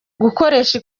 gukoresha